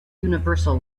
universal